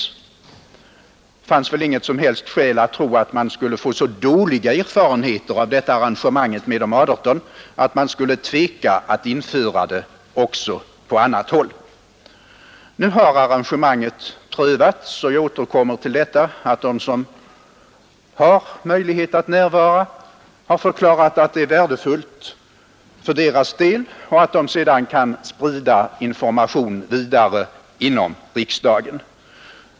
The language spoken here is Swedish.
Det fanns väl inget som helst skäl att tro att man skulle få så dåliga erfarenheter av arrangemanget med de 18 att man skulle tveka att införa det också på annat håll. Nu har detta arrangemang prövats, och jag vill upprepa att de som har denna möjlighet att närvara har förklarat att denna insyn är värdefull för dem och att de kan sprida den information de därigenom får vidare inom riksdagen.